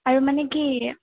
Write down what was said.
আৰু মানে কি